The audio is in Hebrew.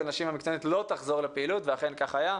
הנשים המקצוענית לא תחזור לפעילות ואכן כך היה.